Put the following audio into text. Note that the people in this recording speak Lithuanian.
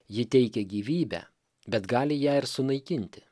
ji teikia gyvybę bet gali ją ir sunaikinti